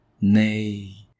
Nay